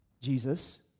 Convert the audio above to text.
Jesus